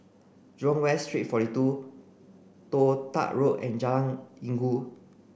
Jurong West Street forty two Toh Tuck Road and Jalan Inggu